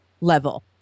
level